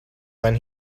when